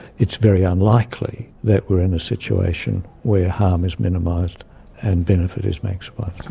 it's very unlikely that we are in a situation where harm is minimised and benefit is maximised.